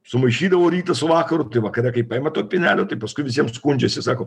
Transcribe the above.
sumaišydavo rytą su vakaru tai vakare kaip paima to pienelio tai paskui visiems skundžiasi sako